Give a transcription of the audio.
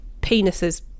penises